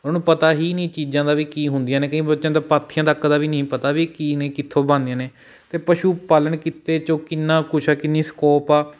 ਉਹਨਾਂ ਨੂੰ ਪਤਾ ਹੀ ਨਹੀਂ ਚੀਜ਼ਾਂ ਦਾ ਵੀ ਕੀ ਹੁੰਦੀਆਂ ਨੇ ਕਈ ਬੱਚਿਆਂ ਨੂੰ ਤਾਂ ਪਾਥੀਆਂ ਤੱਕ ਦਾ ਵੀ ਨਹੀਂ ਪਤਾ ਵੀ ਕੀ ਨੇ ਕਿੱਥੋਂ ਬਣਦੀਆਂ ਨੇ ਅਤੇ ਪਸ਼ੂ ਪਾਲਣ ਕਿੱਤੇ 'ਚੋਂ ਕਿੰਨਾ ਕੁਛ ਹੈ ਕਿੰਨੀ ਸਕੋਪ ਆ